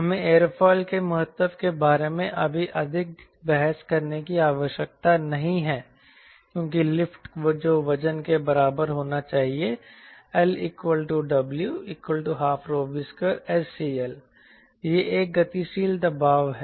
हमें एयरोफॉयल के महत्व के बारे में अभी अधिक बहस करने की आवश्यकता नहीं है क्योंकि लिफ्ट जो वजन के बराबर होना चाहिए LW12V2SCL यह एक गतिशील दबाव है